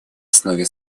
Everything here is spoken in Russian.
основе